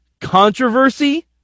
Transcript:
controversy